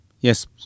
Yes